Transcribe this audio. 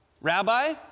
Rabbi